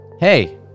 Hey